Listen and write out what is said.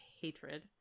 hatred